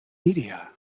media